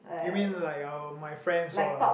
you mean like our my friends all ah